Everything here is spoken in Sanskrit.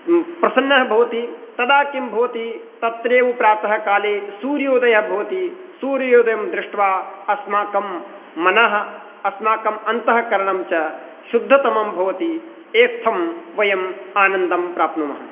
प्रसन्नं भवति तदा किं भवति तत्रैव प्रातःकाले सूर्योदयः भवति सूर्योदयं दृष्ट्वा अस्माकं मनः अस्माकं अन्तःकरणं च शुद्धतमं भवति इत्थं वयम् आनन्दं प्राप्नुमः